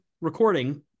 recording